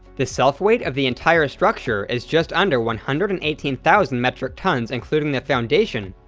the self-weight of the entire structure is just under one hundred and eighteen thousand metric tonnes including the foundation,